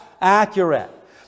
accurate